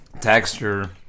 texture